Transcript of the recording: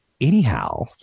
Anyhow